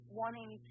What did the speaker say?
wanting